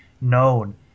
known